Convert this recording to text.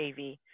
AV